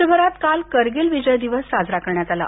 देशभरातकाल करगिल विजय दिवस साजरा करण्यात आला